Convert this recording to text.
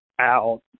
out